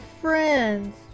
friends